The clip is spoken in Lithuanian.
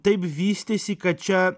taip vystėsi kad čia